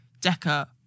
decker